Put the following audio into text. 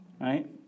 right